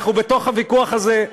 אנחנו בתוך הוויכוח הזה,